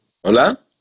¿Hola